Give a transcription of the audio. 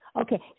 Okay